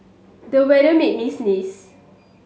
the weather made me sneeze